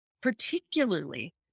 particularly